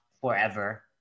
forever